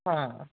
हा